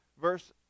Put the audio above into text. verse